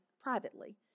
privately